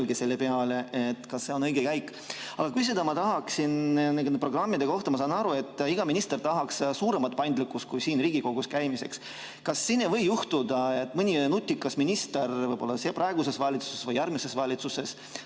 selle peale, kas see on õige käik. Aga küsida ma tahaksin nende programmide kohta. Ma saan aru, et iga minister tahaks suuremat paindlikkust, mitte siin Riigikogus käimist. Kas ei või juhtuda, et mõni nutikas minister praeguses või järgmises valitsuses